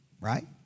Right